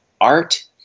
art